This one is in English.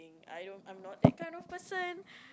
I don't I'm not that kind of person